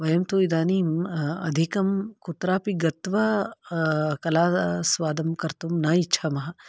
वयं तु इदानीम् अधिकं कुत्रापि गत्वा कलास्वादं कर्तुं न इच्छामः